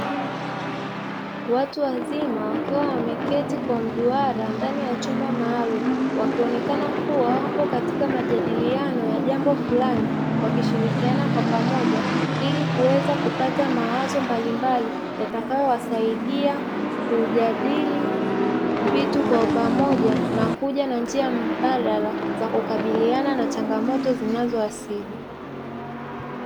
Watu wazima wakiwa wameketi kwa mduara ndani ya chumba maalumu, wakionekana kuwa wapo katika majadiliano ya jambo fulani, wakishirikiana kwa pamoja ili kuweza kupata mawazo mbalimbali yatakayowasaidia kujadili vitu kwa pamoja na kuja na njia mbadala za kukabiliana na changamoto zinazowasibu.